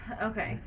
Okay